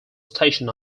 station